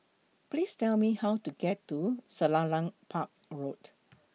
Please Tell Me How to get to Selarang Park Road